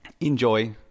Enjoy